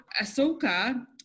Ahsoka